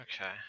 okay